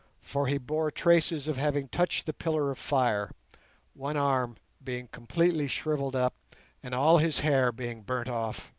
for he bore traces of having touched the pillar of fire one arm being completely shrivelled up and all his hair being burnt off.